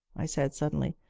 i said suddenly,